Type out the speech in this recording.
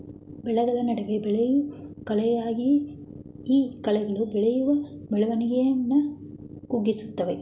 ಬೆಳೆಗಳ ನಡುವೆ ಬೆಳೆಯೋ ಕಳೆಗಳಾಗಯ್ತೆ ಈ ಕಳೆಗಳು ಬೆಳೆಯ ಬೆಳವಣಿಗೆನ ಕುಗ್ಗಿಸ್ತವೆ